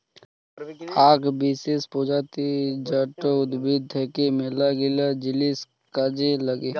আক বিসেস প্রজাতি জাট উদ্ভিদ থাক্যে মেলাগিলা জিনিস কাজে লাগে